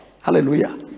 Hallelujah